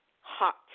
hot